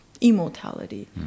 immortality